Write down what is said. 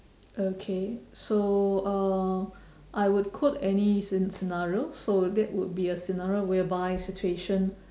okay so uh I would quote any scen~ scenario so that would be a scenario whereby situation